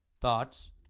thoughts